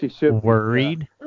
worried